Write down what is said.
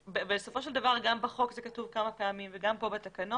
בסופו של דבר גם בחוק זה כתוב כמה פעמים וגם כאן בתקנות